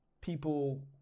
people